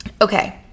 okay